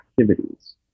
activities